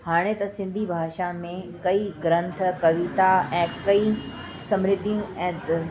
हाणे त सिंधी भाषा में कईं ग्रंथ कविता ऐं कईं समृद्धी ऐं